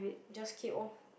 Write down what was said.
just keep orh